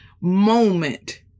moment